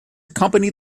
accompany